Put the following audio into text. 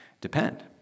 depend